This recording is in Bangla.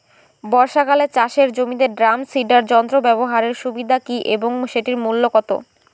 বর্ষাকালে চাষের জমিতে ড্রাম সিডার যন্ত্র ব্যবহারের সুবিধা কী এবং সেটির মূল্য কত?